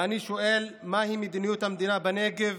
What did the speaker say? אני שואל, מהי מדיניות המדינה בנגב